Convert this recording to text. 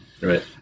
Right